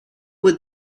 would